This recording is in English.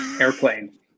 Airplane